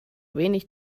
wenig